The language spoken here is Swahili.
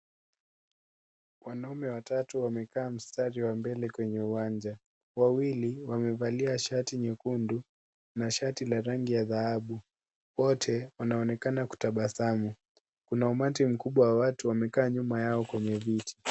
Wanaume watatu wamekaa mstari wa mbele kwenye uwanja. Wawili wamevalia shati nyekundu na shati la rangi ya dhahabu. Wote wanaonekana kutabasamu. Kuna umati mkubwa wa watu wamekaa nyuma yao kwenye viti.